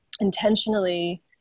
Intentionally